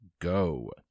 go